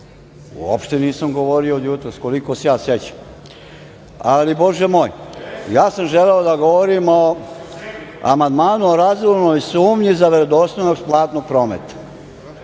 uopšte nisam govorio od jutros, koliko se ja sećam. Ali, bože moj. Ja sam želeo da govorim o amandmanu o sumnji u verodostojnost platnog prometa.